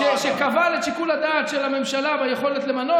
שכבל את שיקול הדעת של הממשלה ביכולת למנות